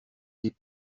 des